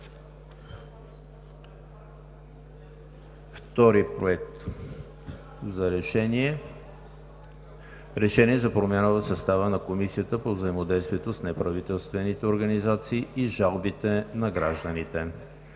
Втори: „Проект! РЕШЕНИЕ за промяна на състава на Комисията по взаимодействието с неправителствените организации и жалбите на гражданите